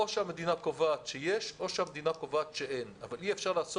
או שהמדינה קובעת שיש או שהמדינה קובעת שאין אבל אי אפשר,